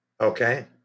Okay